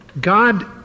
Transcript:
God